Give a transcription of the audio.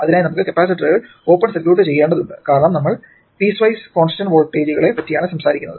അതിനായി നമുക്ക് കപ്പാസിറ്ററുകൾ ഓപ്പൺ സർക്യുട്ട് ചെയ്യേണ്ടതുണ്ട് കാരണം നമ്മൾ പീസ് വൈസ് കോൺസ്റ്റന്റ് വോൾട്ടേജുകളെ പറ്റിയാണ് സംസാരിക്കുന്നത്